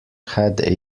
had